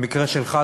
במקרה שלך,